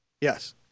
Yes